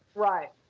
right.